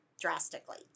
drastically